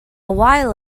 while